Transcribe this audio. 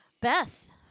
beth